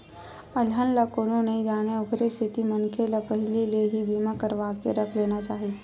अलहन ला कोनो नइ जानय ओखरे सेती मनखे ल पहिली ले ही बीमा करवाके रख लेना चाही